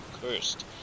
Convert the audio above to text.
cursed